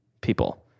people